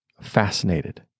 fascinated